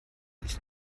ist